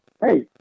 hey